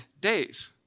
days